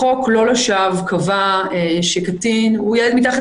החוק לא לשווא קבע שקטין הוא ילד מתחת